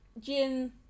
gin